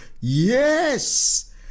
yes